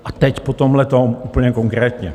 A teď po tomhletom úplně konkrétně.